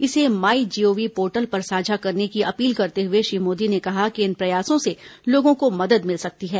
इसे my gov portal पर साझा करने की अपील करते हुए श्री मोदी ने कहा कि इन प्रयासों से लोगों को मदद मिल सकती है